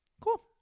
Cool